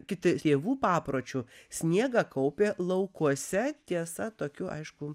kiti tėvų papročiu sniegą kaupė laukuose tiesa tokių aišku